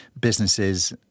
businesses